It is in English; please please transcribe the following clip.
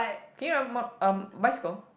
can you um bicycle